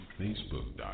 Facebook.com